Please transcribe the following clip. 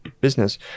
business